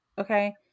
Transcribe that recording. okay